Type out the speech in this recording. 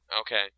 Okay